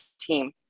team